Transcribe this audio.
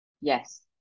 Yes